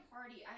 Party